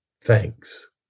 Thanks